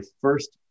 first